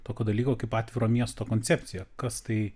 tokio dalyko kaip atviro miesto koncepcija kas tai